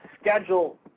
Schedule